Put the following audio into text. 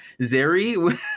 zeri